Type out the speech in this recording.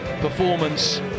performance